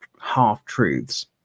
half-truths